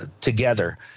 together